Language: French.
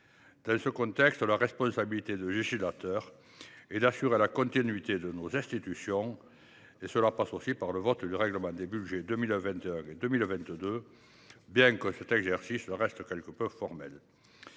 Dans ce contexte, la responsabilité du législateur est d’assurer la continuité de nos institutions, et cela passe aussi par le vote du règlement des budgets 2021 et 2022, bien que cet exercice reste quelque peu formel.